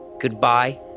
Goodbye